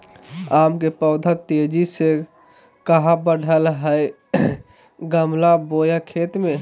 आम के पौधा तेजी से कहा बढ़य हैय गमला बोया खेत मे?